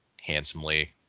handsomely